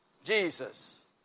Jesus